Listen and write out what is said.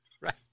right